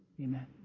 amen